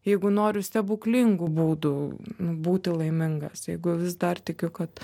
jeigu noriu stebuklingų būdų būti laimingas jeigu vis dar tikiu kad